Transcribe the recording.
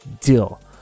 deal